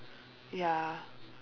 ya